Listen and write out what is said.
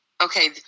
Okay